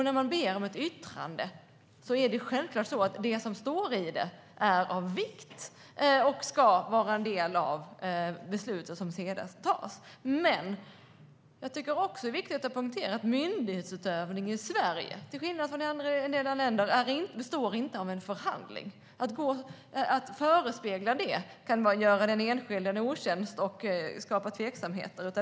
När man ber om ett yttrande är det som står i det självklart av vikt och ska vara del av beslutet som sedan tas. Men jag tycker att det är viktigt att poängtera att myndighetsutövning i Sverige, till skillnad från i en del andra länder, inte består av en förhandling. Att förespegla det kan göra den enskilde en otjänst och skapa tveksamhet.